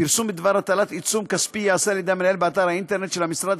פרסום בדבר הטלת עיצום כספי ייעשה על ידי המנהל באתר האינטרנט של המשרד,